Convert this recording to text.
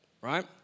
right